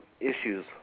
issues